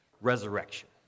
resurrection